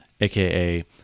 AKA